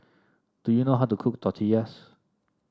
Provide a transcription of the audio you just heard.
do you know how to cook Tortillas